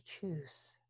choose